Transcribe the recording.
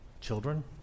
children